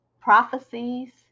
prophecies